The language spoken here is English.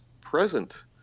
present